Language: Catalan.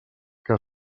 que